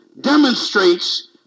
demonstrates